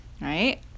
right